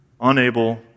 unable